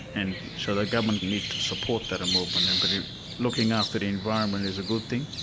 and so the government need to support that movement, and but looking after the environment is a good thing,